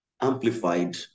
amplified